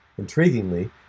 Intriguingly